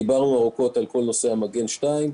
דיברנו ארוכות על כל נושא מגן 2,